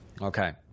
Okay